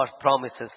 promises